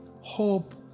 hope